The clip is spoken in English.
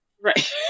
right